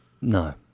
No